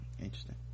interesting